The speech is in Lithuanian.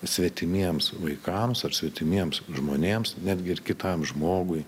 svetimiems vaikams ar svetimiems žmonėms netgi ir kitam žmogui